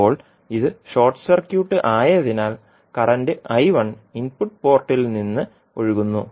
ഇപ്പോൾ ഇത് short circuit ആയതിനാൽ കറന്റ് ഇൻപുട്ട് പോർട്ടിൽ നിന്ന് ഒഴുകുന്നു